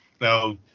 now